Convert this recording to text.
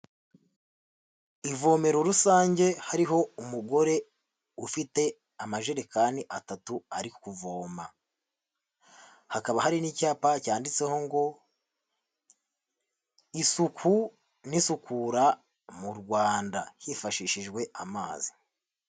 Ivomero rusange hariho umugore ufite amajerekani atatu ari kuvoma, hakaba hari n'icyapa cyanditseho ngo "isuku n'isukura mu Rwanda hifashishijwe amazi."